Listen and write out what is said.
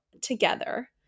together